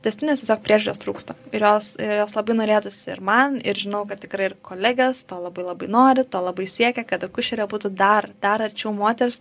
tęstinės priežiūros trūksta ir jos ir jos labai norėtųsi ir man ir žinau kad tikrai ir kolegės to labai labai nori to labai siekia kad akušerė būtų dar dar arčiau moters